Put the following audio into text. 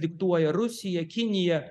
diktuoja rusija kinija